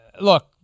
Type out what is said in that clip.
look